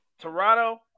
Toronto